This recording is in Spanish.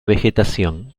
vegetación